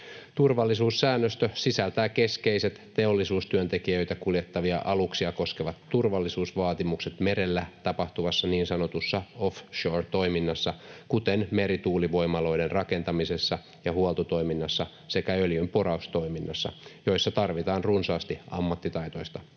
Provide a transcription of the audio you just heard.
Turvallisuussäännöstö sisältää keskeiset teollisuustyöntekijöitä kuljettavia aluksia koskevat turvallisuusvaatimukset merellä tapahtuvassa niin sanotussa offshore-toiminnassa, kuten merituulivoimaloiden rakentamisessa ja huoltotoiminnassa sekä öljynporaustoiminnassa, joissa tarvitaan runsaasti ammattitaitoista